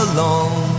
Alone